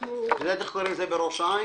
את יודעת איך קוראים בראש עין?